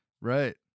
Right